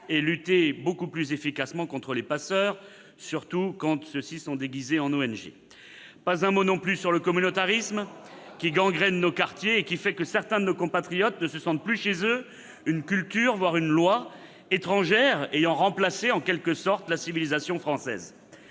et lutter beaucoup plus efficacement contre les passeurs, surtout quand ceux-ci sont déguisés en ONG ! Pas un mot non plus sur le communautarisme qui gangrène nos quartiers et qui fait que certains de nos compatriotes ne se sentent plus chez eux, une culture-voire une loi -étrangère ayant remplacé la civilisation française.